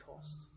cost